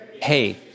Hey